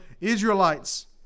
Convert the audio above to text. Israelites